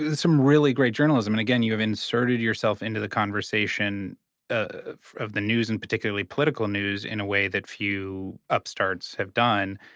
some really great journalism. and again, you have inserted yourself into the conversation ah of the news, and particularly political news, in a way that few upstarts have done.